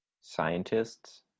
scientists